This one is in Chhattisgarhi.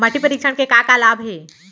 माटी परीक्षण के का का लाभ हे?